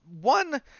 one